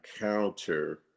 encounter